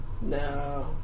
No